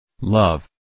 Love